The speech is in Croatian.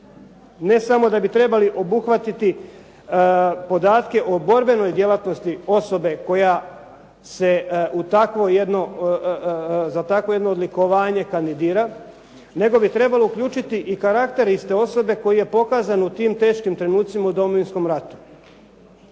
ne samo da bi trebali obuhvatiti podatke o borbenoj djelatnosti osobe koja se u takvoj jednoj, za takvo jedno odlikovanje kandidira, nego bi trebalo uključiti i karakter iste osobe koji je pokazan u tim teškim trenucima u Domovinskom ratu.